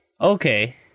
Okay